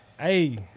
Hey